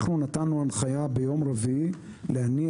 אנחנו נתנו הנחייה ביום רביעי להניע